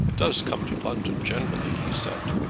does come to london generally, he said.